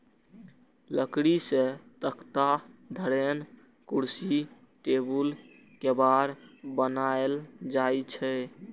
लकड़ी सं तख्ता, धरेन, कुर्सी, टेबुल, केबाड़ बनाएल जाइ छै